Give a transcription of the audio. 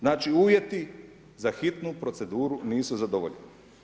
Znači uvjeti za hitnu proceduru nisu zadovoljeni.